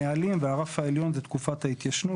הרף התחתון נקבע בנהלים והרף העליון זו תקופת ההתיישנות